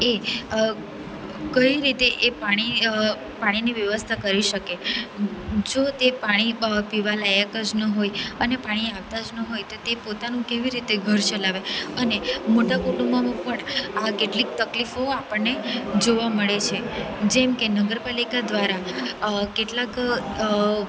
એ કઈ રીતે એ પાણી પાણીની વ્યવસ્થા કરી શકે જો તે પાણી પીવાલાયક જ ન હોય અને પાણી આવતાં જ ન હોય તો તે પોતાનું કેવી રીતે ઘર ચલાવે અને મોટાં કુટુંબોમાં પણ આ કેટલીક તકલીફો આપણને જોવા મળે છે જેમકે નગરપાલિકા દ્વારા કેટલાક